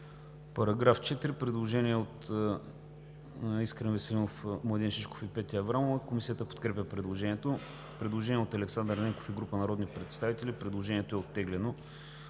народните представители Искрен Веселинов, Младен Шишков и Петя Аврамова. Комисията подкрепя предложението. Предложение от Александър Ненков и група народни представители. Предложението е оттеглено.